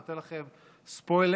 אני נותן לכם ספוילר: